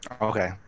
Okay